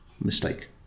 mistake